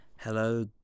hello